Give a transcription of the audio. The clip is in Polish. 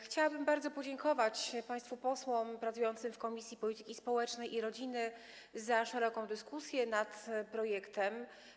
Chciałabym bardzo podziękować państwu posłom pracującym w Komisji Polityki Społecznej i Rodziny za szeroką dyskusję nad projektem.